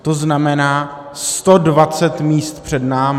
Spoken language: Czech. To znamená 120 míst před námi.